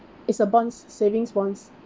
it's a bonds savings bonds